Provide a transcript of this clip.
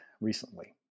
recently